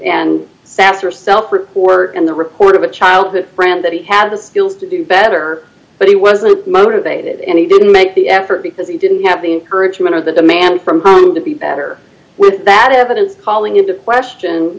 and sat herself are poor and the report of a childhood friend that he had the skills to do better but he wasn't motivated and he didn't make the effort because he didn't have the encouragement of the demand from home to be better with that evidence calling into question